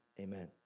Amen